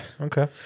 okay